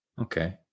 Okay